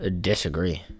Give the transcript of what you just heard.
Disagree